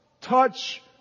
touch